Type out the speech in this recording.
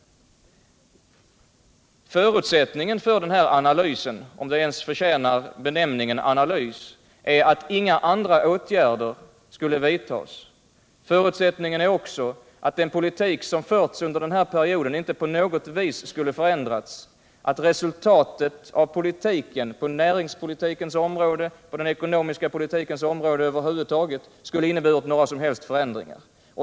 Förutsättningen för den här analysen — om den ens förtjänar benämningen analys — är att inga andra åtgärder skulle vidtas. Förutsättningen är också att den politik som förts under den här perioden inte på något vis skulle ha förändrats, att resultatet på näringspolitikens område, och på den ekonomiska politikens område över huvud taget, inte skulle ha inneburit några som helst förändringar.